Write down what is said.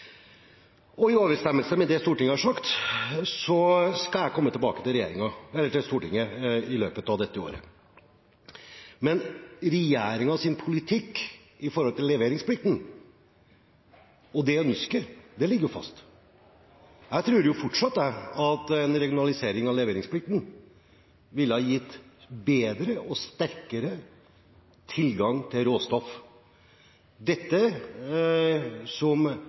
har sagt, skal jeg komme tilbake til Stortinget i løpet av dette året. Men regjeringens politikk når det gjelder leveringsplikten og det ønsket, ligger fast. Jeg tror fortsatt at en regionalisering av leveringsplikten ville ha gitt bedre og sterkere tilgang til råstoff. Det som